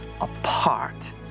apart